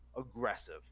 Aggressive